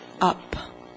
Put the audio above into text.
up